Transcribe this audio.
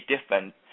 different